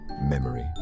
memory